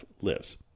lives